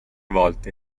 volte